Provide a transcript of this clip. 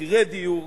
מחירי דיור.